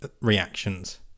reactions